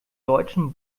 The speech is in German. deutschen